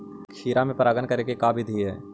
खिरा मे परागण करे के का बिधि है?